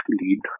lead